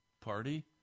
party